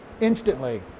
instantly